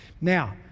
Now